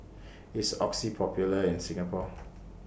IS Oxy Popular in Singapore